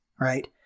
right